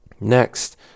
Next